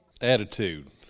Attitude